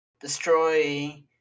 destroy